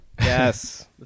yes